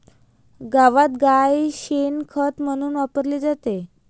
गावात गाय शेण खत म्हणून वापरली जाते